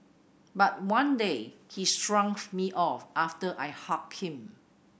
but one day he shrugged me off after I hugged him